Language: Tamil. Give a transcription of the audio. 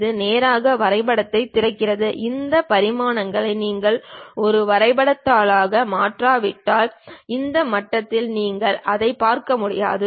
இது நேராக வரைபடத்தைத் திறக்கிறது இந்த பரிமாணங்களை நாங்கள் ஒரு வரைபடத் தாளாக மாற்றாவிட்டால் இந்த மட்டத்தில் நீங்கள் அதைப் பார்க்க முடியாது